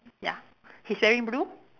ya he's wearing blue